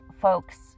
folks